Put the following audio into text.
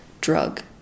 drug